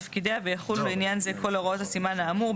תפקידיה ויחולו לעניין זה כל הוראות הסימן האמור,